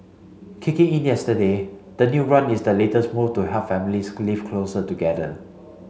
kicking in yesterday the new grant is the latest move to help families can live closer together